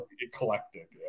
Eclectic